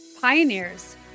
pioneers